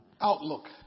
Outlook